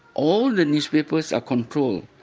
all the newspapers are controlled,